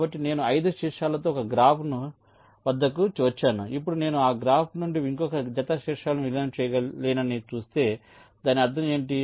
కాబట్టి నేను 5 శీర్షాలతో ఒక గ్రాఫ్ వద్దకు వచ్చాను ఇప్పుడు నేను ఈ గ్రాఫ్ నుండి ఇంకొక జత శీర్షాలను విలీనం చేయలేనని చూస్తే దాని అర్థం ఏమిటి